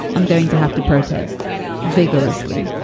i'm going to have to protest vigorously.